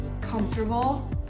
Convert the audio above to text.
Comfortable